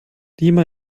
lima